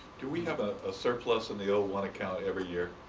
do we have a ah surplus in the one account every year?